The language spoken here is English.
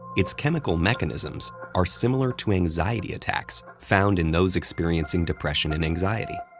its chemical mechanisms are similar to anxiety attacks found in those experiencing depression and anxiety.